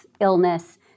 illness